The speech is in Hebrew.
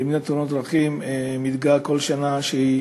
למניעת תאונות דרכים עושה ומתגאה כל שנה שהיא